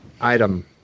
item